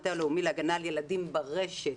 המטה הלאומי להגנה על ילדים ברשת,